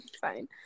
fine